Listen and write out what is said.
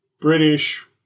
British